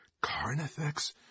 Carnifex